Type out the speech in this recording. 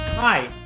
Hi